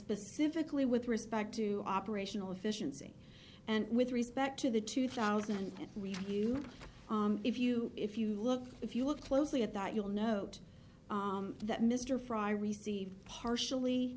pacifically with respect to operational efficiency and with respect to the two thousand review if you if you look if you look closely at that you'll note that mr fry received partially